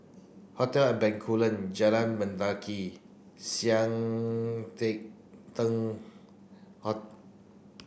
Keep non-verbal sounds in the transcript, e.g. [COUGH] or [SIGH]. Hotel Bencoolen Jalan Mendaki Sian Teck Tng [UNINTELLIGIBLE]